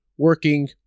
working